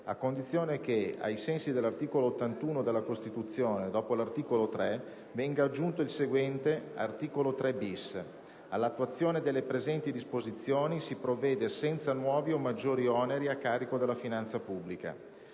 a condizione che, ai sensi dell'articolo 81 della Costituzione, dopo l'articolo 3 venga aggiunto il seguente: "Art. 3-*bis*. All'attuazione delle presenti disposizioni si provvede senza nuovi o maggiori oneri a carico della finanza pubblica".